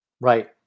Right